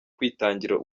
kwitangira